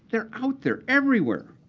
they're out there everywhere.